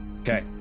Okay